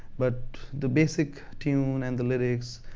but the basic tune and the lyrics,